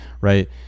Right